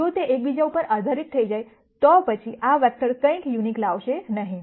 જો તે એકબીજા પર આધારીત થઈ જાય તો પછી આ વેક્ટર કંઇક યુનિક લાવશે નહીં